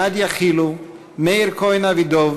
נאדיה חילו, מאיר כהן אבידב